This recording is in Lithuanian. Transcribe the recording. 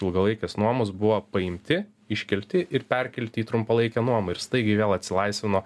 ilgalaikės nuomos buvo paimti iškelti ir perkelti į trumpalaikę nuomą ir staigiai vėl atsilaisvino